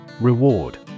Reward